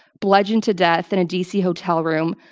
bludgeoned to death in a d. c. hotel room.